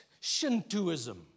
Shintoism